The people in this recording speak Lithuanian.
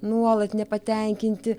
nuolat nepatenkinti